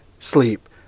sleep